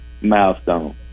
milestone